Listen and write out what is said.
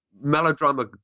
Melodrama